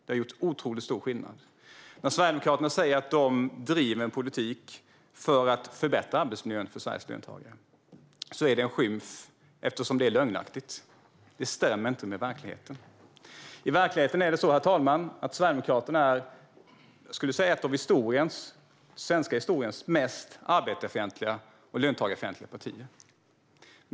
Det har gjort stor skillnad. När Sverigedemokraterna säger att de driver en politik för att förbättra arbetsmiljön för Sveriges löntagare är det en skymf eftersom det är lögnaktigt. Det stämmer inte med verkligheten. I verkligheten är det så, herr talman, att Sverigedemokraterna är, skulle jag säga, ett av den svenska historiens mest arbetar och löntagarfientliga partier.